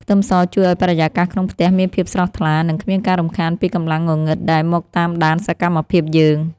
ខ្ទឹមសជួយឱ្យបរិយាកាសក្នុងផ្ទះមានភាពស្រស់ថ្លានិងគ្មានការរំខានពីកម្លាំងងងឹតដែលមកតាមដានសកម្មភាពយើង។